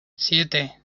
siete